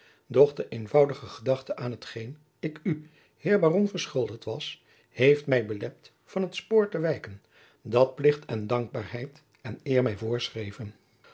de eenvoudige gedachte aan t geen ik u heer baron verschuldigd was heeft mij belet van het spoor te wijken dat plicht en dankbaarheid en eer mij voorschreven